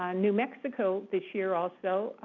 ah new mexico this year also,